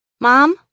Mom